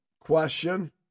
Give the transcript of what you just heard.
question